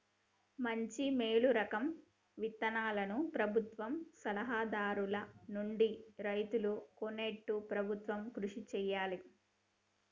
మంచి మేలు రకం విత్తనాలను ప్రభుత్వ సలహా దారుల నుండి రైతులు కొనేట్టు ప్రభుత్వం కృషి చేయాలే